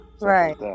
right